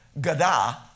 gada